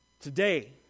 today